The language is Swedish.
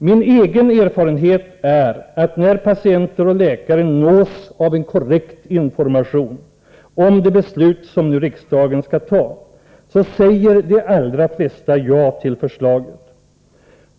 Min egen erfarenhet är att när patienter och läkare nås av en korrekt information om det beslut som riksdagen nu skall fatta så säger de allra flesta ja till förslaget.